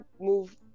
move